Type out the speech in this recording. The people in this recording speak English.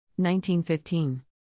1915